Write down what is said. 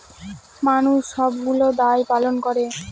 মানুষ সবগুলো দায় পালন করে